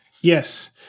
Yes